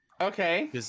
Okay